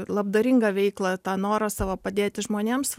labdaringą veiklą tą norą savo padėti žmonėms